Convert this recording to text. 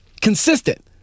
Consistent